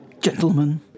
gentlemen